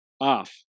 off